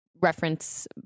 reference